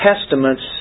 Testaments